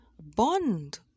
Bond